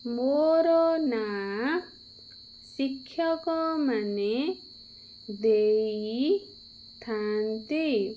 ମୋର ନାଁ ଶିକ୍ଷକ ମାନେ ଦେଇଥାନ୍ତି